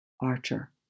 Archer